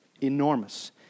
enormous